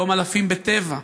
היום אלפים בטבע,